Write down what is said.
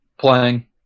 playing